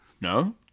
No